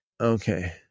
Okay